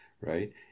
right